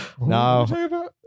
no